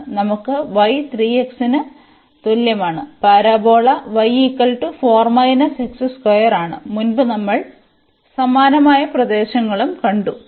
അതിനാൽ നമുക്ക് y 3x ന് തുല്യമാണ് ഈ പരാബോള ആണ് മുമ്പ് നമ്മൾ സമാനമായ പ്രദേശങ്ങളും കണ്ടു